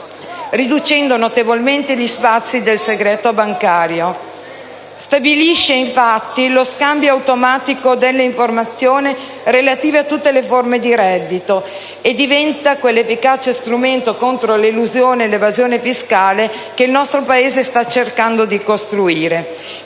riducendo notevolmente gli spazi del segreto bancario. Stabilisce infatti lo scambio automatico delle informazioni relative a tutte le forme di reddito e diventa quell'efficace strumento contro l'elusione e l'evasione fiscale che il nostro Paese sta cercando di costruire